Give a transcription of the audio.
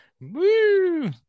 Woo